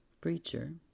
Preacher